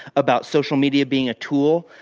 about social media being a tool.